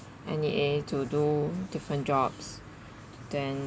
N_E_A to do different jobs then